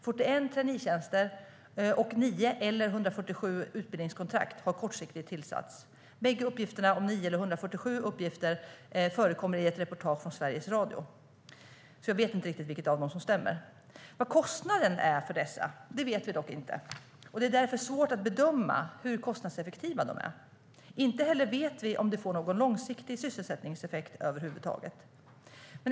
41 traineetjänster och 9 eller 147 platser med utbildningskontrakt har kortsiktigt tillsatts. Bägge uppgifterna, 9 eller 147, förekommer i ett reportage från Sveriges Radio, så jag vet inte riktigt vilken av dem som stämmer. Vad kostnaden är för dessa vet vi inte, och det är därför svårt att bedöma hur kostnadseffektiva de är. Inte heller vet vi om de får någon långsiktig sysselsättningseffekt över huvud taget.